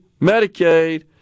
Medicaid